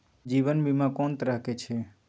जीवन बीमा कोन तरह के छै?